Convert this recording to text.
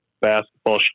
basketball